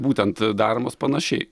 būtent daromos panašiai